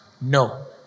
no